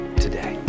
today